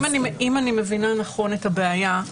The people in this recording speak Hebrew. אם אני מבינה נכון את הבעיה,